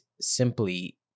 simply